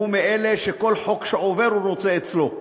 הוא מאלה שכל חוק שעובר הוא רוצה אצלו.